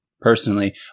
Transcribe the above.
personally